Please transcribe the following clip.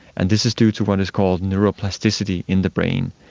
and this is due to what is called neuroplasticity in the brain,